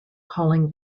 calling